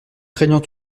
craignant